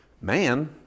Man